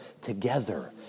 together